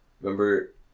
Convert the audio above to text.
Remember